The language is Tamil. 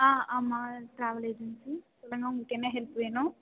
ஆ ஆமா ட்ராவல் ஏஜென்சி சொல்லுங்க உங்களுக்கு என்ன ஹெல்ப் வேணும்